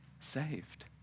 saved